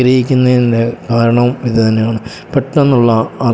ആഗ്രഹിക്കുന്നതിൻ്റെ കാരണവും ഇതു തന്നെയാണ് പെട്ടെന്നുള്ള ആ